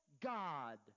God